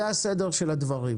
זה סדר הדברים